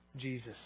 Jesus